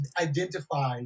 identify